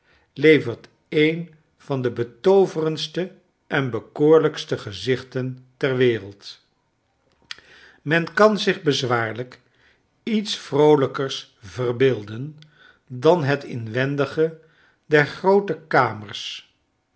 levert een van de betooverendste en bekoorlijkste gezichten ter wereld men kan zich bezwaarlijk iets vroolijkers verbeelden dan het inwendige der groote kamers